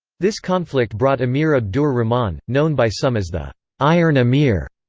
this conflict brought amir abdur rahman, known by some as the iron amir,